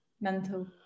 mental